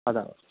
آداب